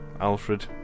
Alfred